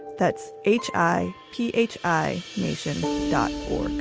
that's h i p h i nacion dot org